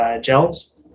Gels